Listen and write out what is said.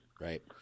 Right